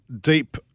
deep